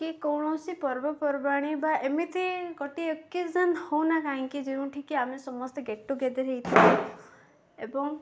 କି କୌଣସି ପର୍ବପର୍ବାଣି ବା ଏମିତି ଗୋଟିଏ ଏକେଜନ୍ ହେଉନା କାହିଁକି ଯେଉଁଠିକି ଆମେ ସମସ୍ତେ ଗେଟ୍ ଟୁଗେଦର୍ ହେଇଥାଉ ଏବଂ